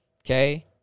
okay